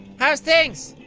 how's things?